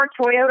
Toyota